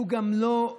שהוא גם לא,